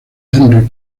henry